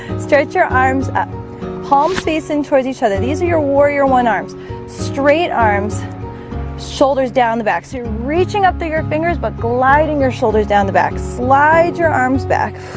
stretch your arms up palms facing towards each other. these are your warrior one arms straight arms shoulders down the back. so you're reaching up through your fingers, but gliding your shoulders down the back slide your arms back